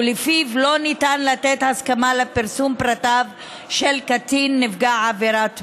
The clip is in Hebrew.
שלפיו לא ניתן לתת הסכמה לפרסום פרטיו של קטין נפגע עבירת מין.